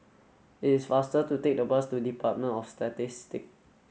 it is faster to take the bus to Department of Statistics